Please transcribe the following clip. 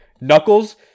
Knuckles